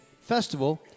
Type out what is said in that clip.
Festival